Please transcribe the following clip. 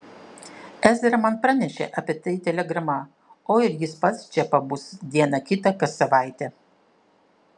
ezra man pranešė apie tai telegrama o ir jis pats čia pabus dieną kitą kas savaitę